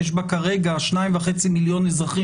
יש בה כרגע 2.5 מיליון אזרחים,